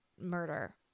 murder